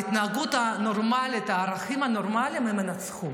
ההתנהגות הנורמלית והערכים הנורמליים ינצחו.